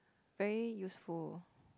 very useful